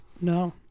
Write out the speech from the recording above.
No